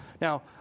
now